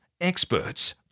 experts